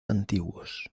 antiguos